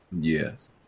Yes